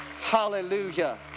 Hallelujah